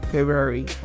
February